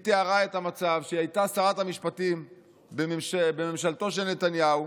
היא תיארה את המצב כשהיא הייתה שרת המשפטים בממשלתו של נתניהו,